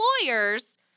employers